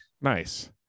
Nice